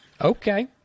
Okay